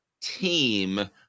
team